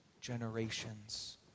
Generations